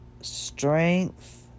strength